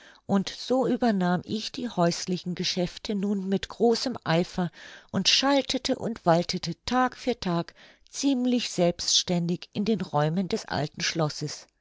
und so übernahm ich die häuslichen geschäfte nun mit großem eifer und schaltete und waltete tag für tag ziemlich selbständig in den räumen des alten schlosses